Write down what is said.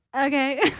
okay